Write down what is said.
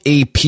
AP